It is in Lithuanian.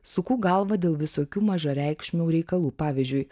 suku galvą dėl visokių mažareikšmių reikalų pavyzdžiui